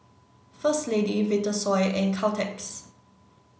First Lady Vitasoy and Caltex